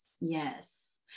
Yes